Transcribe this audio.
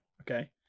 Okay